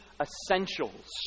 essentials